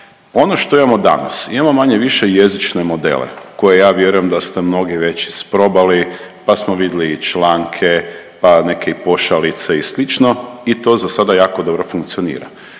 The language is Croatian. Ono što imamo danas, imamo manje-više jezične modele koje ja vjerujem da ste mnogi već isprobali, pa smo vidjeli i članke, pa neke i pošalice i slično i to za sada jako dobro funkcionira.